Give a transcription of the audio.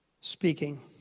speaking